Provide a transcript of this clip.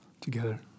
together